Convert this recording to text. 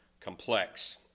complex